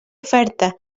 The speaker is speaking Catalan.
oferta